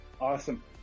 Awesome